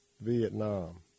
Vietnam